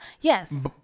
Yes